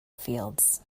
fields